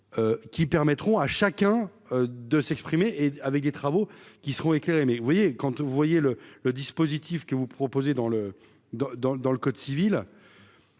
qui permettront à chacun de s'exprimer et avec des travaux qui seront éclairés, mais vous voyez quand vous voyez le le dispositif que vous proposez dans le dans,